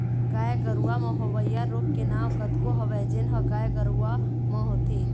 गाय गरूवा म होवइया रोग के नांव कतको हवय जेन ह गाय गरुवा म होथे